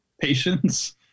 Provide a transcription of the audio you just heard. patience